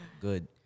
good